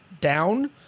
down